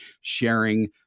sharing